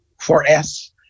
4S